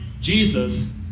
Jesus